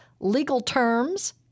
legalterms